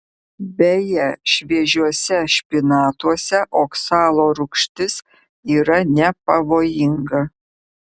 beje šviežiuose špinatuose oksalo rūgštis yra nepavojinga